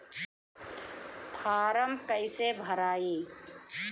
Form कईसे भराई?